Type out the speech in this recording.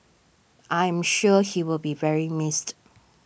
I am sure he will be very missed